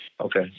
Okay